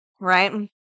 right